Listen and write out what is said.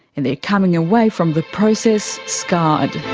and they are coming away from the process scarred.